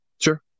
Sure